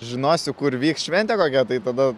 žinosiu kur vyks šventė kokia tai tada